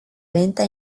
venta